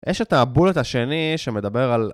יש את הבולט השני שמדבר על...